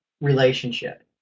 relationship